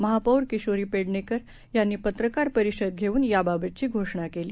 महापौरकिशोरीपेडणेकरयांनीपत्रकारपरिषदघेऊनयाबाबतचीघोषणाकेली